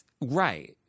Right